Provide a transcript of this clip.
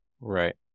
Right